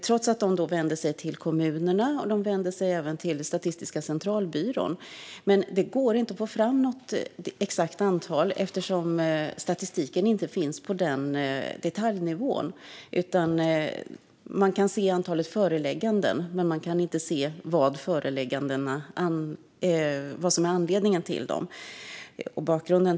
Trots att de vände sig till kommunerna och även till Statistiska centralbyrån gick det inte att få fram ett exakt antal eftersom det inte finns statistik på detaljnivå. Man kan se antalet förelägganden, men man kan inte se vad som är bakgrunden till föreläggandena.